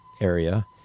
area